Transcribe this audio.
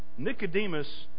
Nicodemus